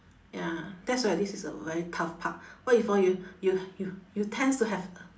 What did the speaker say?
ya that's where this is a very tough part what if hor you you you you tends to have